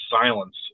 silence